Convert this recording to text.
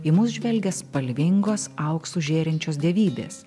į mus žvelgia spalvingos auksu žėrinčios dievybės